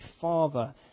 father